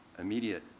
immediate